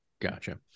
gotcha